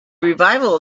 revival